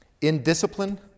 Indiscipline